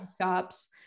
shops